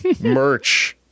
merch